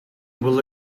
will